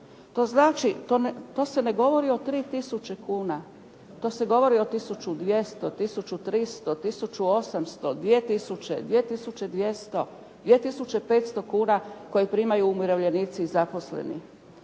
To znači to se ne govori o 3 tisuće kuna. To se govori o tisuću 200, tisuću 300, tisuću 800, 2 tisuće, 2 tisuće 200, 2 tisuće 500 kuna koje primaju umirovljenici i zaposleni.